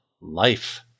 life